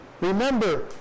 remember